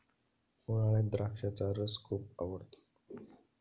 उन्हाळ्यात द्राक्षाचा रस खूप आवडतो